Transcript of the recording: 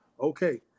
Okay